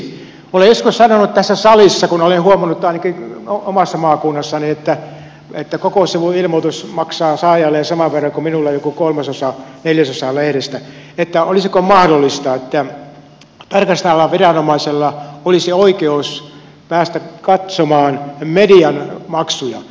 olen joskus sanonut tässä salissa kun olen huomannut ainakin omassa maakunnassani että koko sivun ilmoitus maksaa saajalleen saman verran kuin minulle joku kolmasosaneljäsosa lehdestä että olisiko mahdollista että tarkastavalla viranomaisella olisi oikeus päästä katsomaan median maksuja